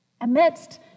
Amidst